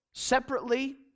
Separately